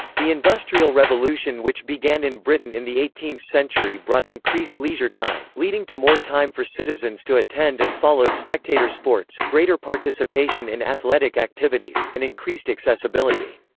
the industrial revolution which began in britain in the eighteenth century brought increased leisure time, leading to more time for citizens to attend and follow spectator sports, greater participation in athletic activities, and increased accessibility.